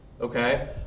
okay